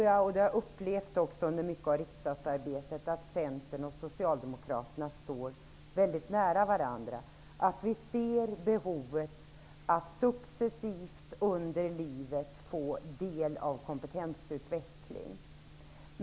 Jag har upplevt under riksdagsarbetet att Centern och Socialdemokraterna står varandra mycket nära, dvs. vi ser behovet av att successivt under livet få del i kompetensutveckling.